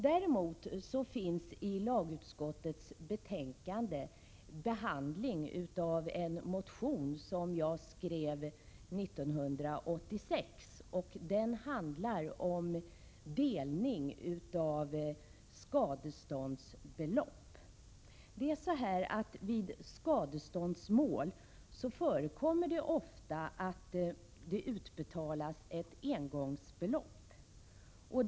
Däremot behandlas i lagutskottets betänkande en motion som jag skrev 1986, och den handlar om delning av skadeståndsbelopp. Vid skadeståndsmål förekommer det ofta att engångsbelopp utbetalas.